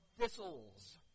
thistles